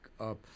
up